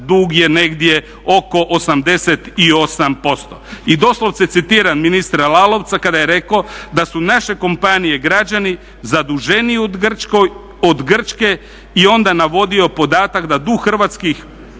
dug je negdje oko 88%. I doslovce citiram ministra Lalovca kada je rekao da su naše kompanije građani zaduženije od Grčke i onda navodio podatak da dug hrvatskog